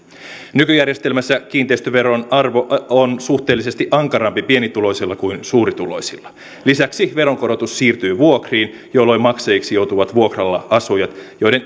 nykyjärjestelmässä kiinteistöveron arvo on suhteellisesti ankarampi pienituloisilla kuin suurituloisilla lisäksi veronkorotus siirtyy vuokriin jolloin maksajiksi joutuvat vuokralla asujat joiden